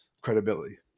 credibility